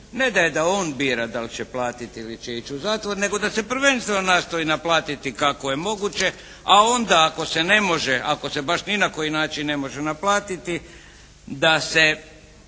ne daje da on bira da li će platiti ili će ići u zatvor, nego da se prvenstveno nastoji naplatiti kako je moguće, a onda ako se ne može, ako se baš ni na koji način ne može naplatiti da se,